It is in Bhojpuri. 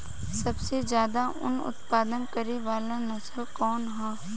सबसे ज्यादा उन उत्पादन करे वाला नस्ल कवन ह?